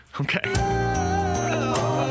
okay